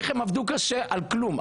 איך הם עבדו קשה על כלום.